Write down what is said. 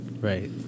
right